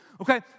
okay